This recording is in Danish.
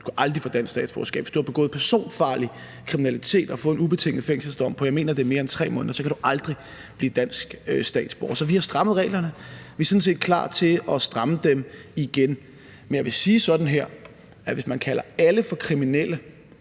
Du kan aldrig få dansk statsborgerskab. Hvis du har begået personfarlig kriminalitet og fået en ubetinget fængselsstraf på, jeg mener, det er mere end 3 måneder, så kan du aldrig blive dansk statsborger. Så vi har strammet reglerne. Vi er sådan set klar til at stramme dem igen. Men jeg vil sige sådan her: Hvis man kalder alle for kriminelle